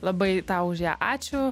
labai tau už ją ačiū